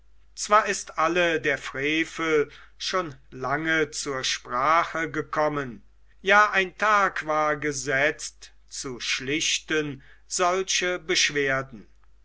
zwar ist alle der frevel schon lange zur sprache gekommen ja ein tag war gesetzt zu schlichten solche beschwerden